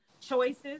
choices